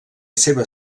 seva